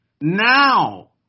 now